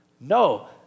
No